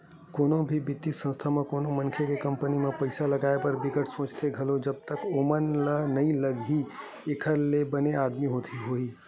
कोनो भी बित्तीय संस्था कोनो मनखे के कंपनी म पइसा लगाए बर बिकट सोचथे घलो जब तक ओमन ल नइ लगही के एखर ले बने आमदानी होही